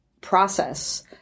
process